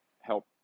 help